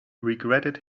regretted